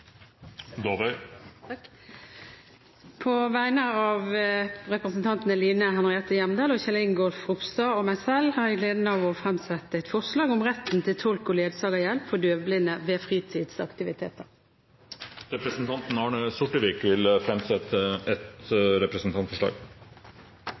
På vegne av representantene Line Henriette Hjemdal, Kjell Ingolf Ropstad og meg selv har jeg gleden av å fremsette et forslag om retten til tolk og ledsagerhjelp for døvblinde ved fritidsaktiviteter. Representanten Arne Sortevik vil framsette et